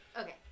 Okay